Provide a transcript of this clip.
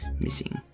missing